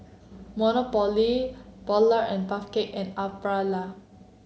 Monopoly Polar and Puff Cakes and Aprilia